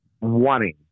wanting